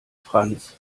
franz